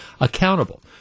accountable